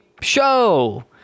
show